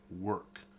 work